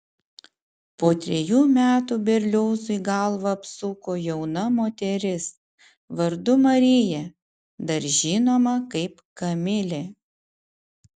po trejų metų berliozui galvą apsuko jauna moteris vardu marija dar žinoma kaip kamilė